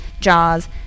Jaws